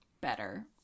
better